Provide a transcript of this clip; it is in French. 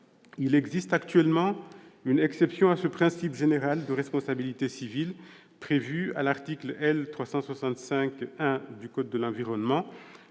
Il existe actuellement une exception à ce principe général de responsabilité civile à l'article L. 365-1 du code de l'environnement,